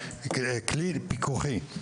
כלי פיקוחי,